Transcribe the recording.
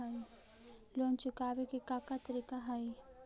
Loan चुकावे के का का तरीका हई?